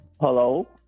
Hello